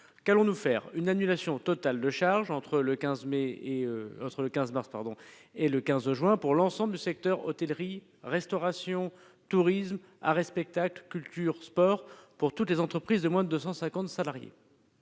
allons procéder à une annulation totale de charges entre le 15 mars et le 15 juin pour l'ensemble des secteurs hôtellerie, restauration, tourisme, art et spectacle, culture, sport, et ce pour toutes les entreprises de moins de 250 salariés.